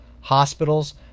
hospitals